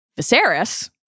viserys